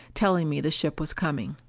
telling me the ship was coming.